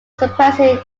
suppressing